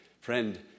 Friend